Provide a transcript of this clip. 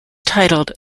titled